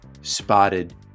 spotted